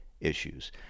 issues